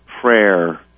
prayer